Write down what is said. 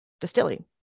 distilling